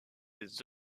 des